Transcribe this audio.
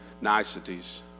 niceties